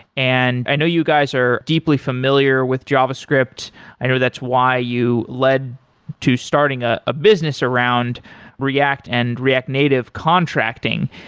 and i know you guys are deeply familiar with javascript i know that's why you led to starting a ah business around react and react native contracting.